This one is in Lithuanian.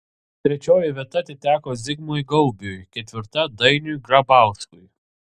trečioji vieta atiteko zigmui gaubiui ketvirta dainiui grabauskui